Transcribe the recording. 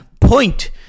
point